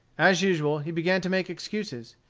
as usual, he began to make excuses.